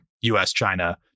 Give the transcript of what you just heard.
US-China